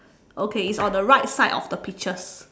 okay it's on the right side of the peaches